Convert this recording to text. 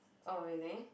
oh really